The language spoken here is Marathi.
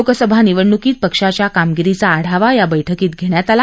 लोकसभा निवडणुकीत पक्षाच्या कामगिरीचा आढावा या बर्स्कीत घेण्यात आला